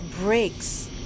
breaks